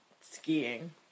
skiing